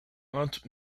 aunt